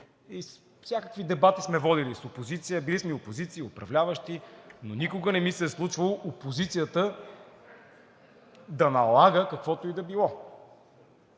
и всякакви дебати сме водили с опозиция, били сме и опозиция, и управляващи, но никога не ми се е случвало опозицията да налага каквото и да било.